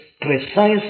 precise